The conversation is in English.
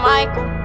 Michael